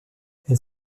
elle